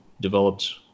Developed